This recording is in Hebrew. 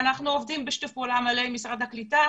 ואנחנו עובדים בשיתוף פעולה מלא עם משרד הקליטה,